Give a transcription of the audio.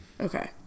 Okay